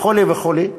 וכו' וכו'.